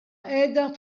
qiegħda